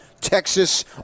Texas